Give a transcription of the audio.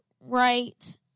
right